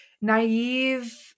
naive